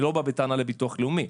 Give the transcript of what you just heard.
אני לא בא בטענה לביטוח לאומי.